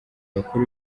abakuru